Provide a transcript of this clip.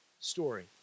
story